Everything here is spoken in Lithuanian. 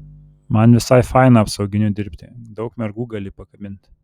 man visai faina apsauginiu dirbti daug mergų gali pakabint